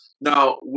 Now